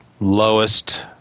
lowest